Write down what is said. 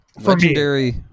legendary